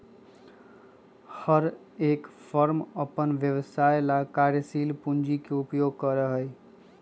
हर एक फर्म अपन व्यवसाय ला कार्यशील पूंजी के उपयोग करा हई